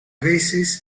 veces